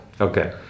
Okay